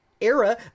Era